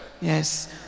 Yes